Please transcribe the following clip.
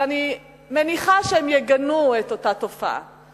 אבל אני מניחה שהם יגנו את אותה תופעה,